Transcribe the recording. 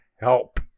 help